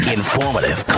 informative